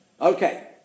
Okay